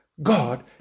God